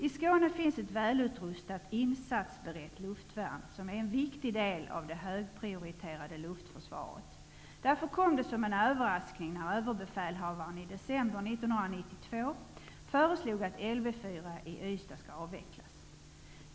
I Skåne finnas ett välutrustat, insatsberett luftvärn som är en viktig del av det högprioriterade luftförsvaret. Därför kom det som en överraskning när Överbefälhavaren i december 1992 föreslog att Lv 4 i Ystad skall avvecklas.